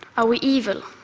are we evil?